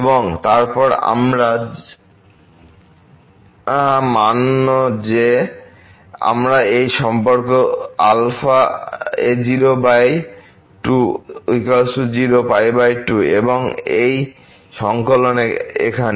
এবং তারপর আমরা মান্য যে আমরা এই সম্পর্ক α02 0 π 2 এবং এই সঙ্কলন এখানে